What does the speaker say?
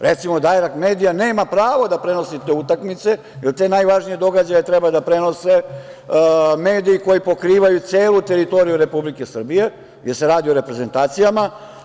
Recimo, "Dajrekt medija" nema pravo da prenosi utakmice, jer te najvažnije događaje treba da prenose mediji koji pokrivaju celu teritoriju Republike Srbije, jer se radi o reprezentacijama.